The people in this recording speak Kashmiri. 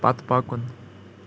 پتہٕ پکُن